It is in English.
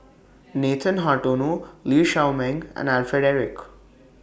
Nathan Hartono Lee Shao Meng and Alfred Eric